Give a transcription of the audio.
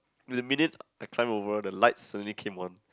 the minute I climb over the lights suddenly came on